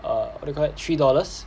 err what do you call that three dollars